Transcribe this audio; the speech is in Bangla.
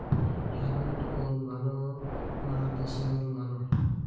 হাইব্রিড ওল ভালো না দেশী ওল ভাল?